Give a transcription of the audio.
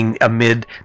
amid